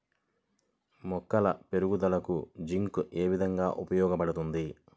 మొక్కల పెరుగుదలకు జింక్ ఏ విధముగా ఉపయోగపడుతుంది?